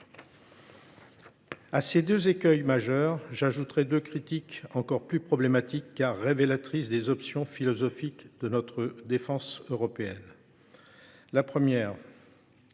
À ces deux écueils majeurs, j’ajouterai deux critiques encore plus problématiques, car révélatrices des options philosophiques qui sous tendent notre défense européenne. La première